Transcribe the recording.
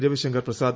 Ravishankar Prasad